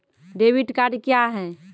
Debit card क्या हैं?